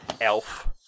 elf